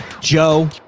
Joe